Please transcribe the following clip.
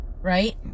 right